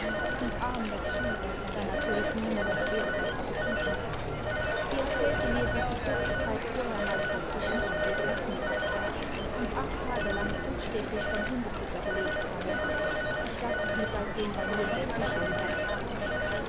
und arm dazu da natüruch nientiand auf so etwas appetit hat sie erzählte mir daß sie lairze zeit vorher mal faktisch nichts zu essen gehabt hat und acht tage lang buchstäblich von hundefutter gelebt habe ich lasse sie seitdem bei mir in der küche mittags essen